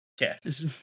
Yes